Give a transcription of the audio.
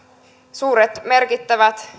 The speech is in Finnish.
suuret merkittävät